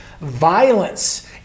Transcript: violence